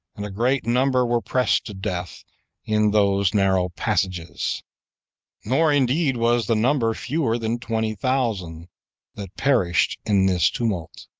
and a great number were pressed to death in those narrow passages nor indeed was the number fewer than twenty thousand that perished in this tumult.